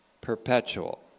perpetual